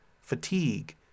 fatigue